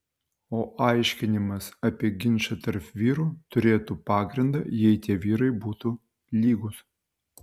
o aiškinimas apie ginčą tarp vyrų turėtų pagrindą jei tie vyrai būtų lygūs